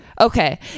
okay